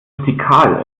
rustikal